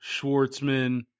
Schwartzman